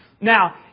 Now